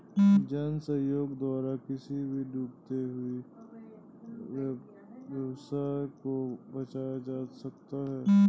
जन सहयोग द्वारा किसी भी डूबते हुए व्यवसाय को बचाया जा सकता है